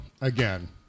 again